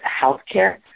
healthcare